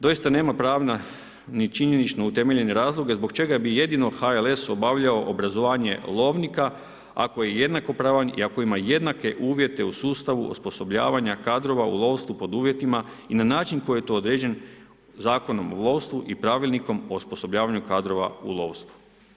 Doista nema pravne ni činjenične utemeljenje razloge, zbog čega bi jedino HNS obavljao obrazovanje lovnika, ako je jednako pravan i ako ima jednake uvjete u sustavu osposobljavanje kadrova u lovstvu pod uvjetima i na način koji je to određen Zakonom o lovstvu i pravilnikom o osposobljavanja kadrova u lovstvu.